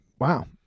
wow